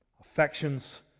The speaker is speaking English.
Affections